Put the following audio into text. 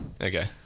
okay